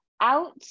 out